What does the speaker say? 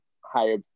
higher